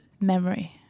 memory